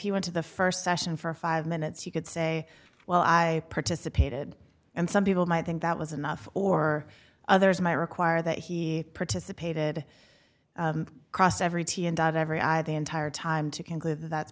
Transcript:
he went to the first session for five minutes you could say well i participated and some people might think that was enough or others might require that he participated cross every t and dot every i the entire time to conclude that